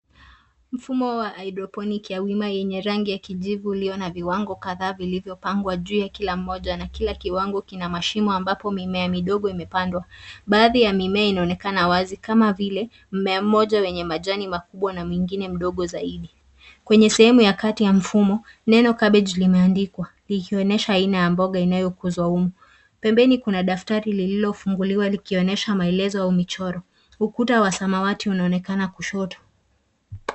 Mfumo wa haidroponiki aina ya rangi ya kijivu ulio na viwango kadhaa. Baadhi ya mimea inaonekana wazi kama vile mmea mmoja wenye majani makubwa na mwngine mdogo zaidi. Kwenye sehemu ya kati ya mfumo neno cabbage limeandikwa, likionyesha aina ya mboga inayokuzwa humu. Pembeni kuna daftari lililofunguliwa, likionyesha maelezo au michoro. Ukuta wa samawati unaonekana kushoto.